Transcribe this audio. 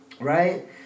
right